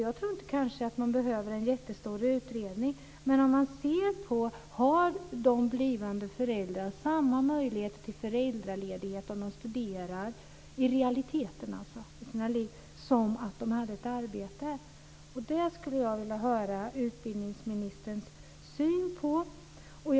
Jag tror kanske inte att man behöver göra en jättestor utredning, men man skulle kanske se om de blivande föräldrarna i realiteten har samma möjlighet till föräldraledighet om de studerar som om de har ett arbete. Jag skulle vilja höra utbildningsministerns syn på detta.